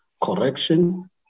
correction